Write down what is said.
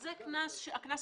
זה הקנס המרבי.